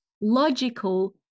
logical